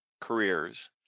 careers